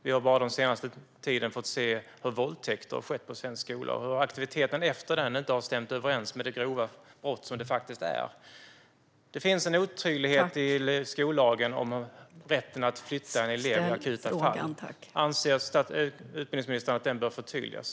Vi har bara den senaste tiden fått se att våldtäkter har skett på svensk skola och att aktiviteten efter dem inte har stämt överens med det grova brott som det faktiskt är. Det finns en otydlighet i skollagen om rätten att flytta en elev i akuta fall. Anser utbildningsministern att detta bör förtydligas?